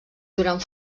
durant